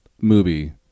movie